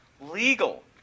legal